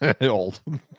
Old